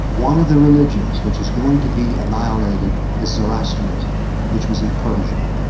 one of the religions, which is going to be annihilated is zoroastrianism, which was in persia.